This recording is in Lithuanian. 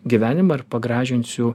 gyvenimą ir pagražinsiu